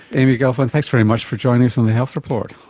amy gelfand, thanks very much for joining us on the health report.